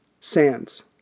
Sands